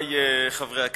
חברי חברי הכנסת,